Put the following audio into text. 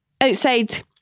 outside